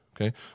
okay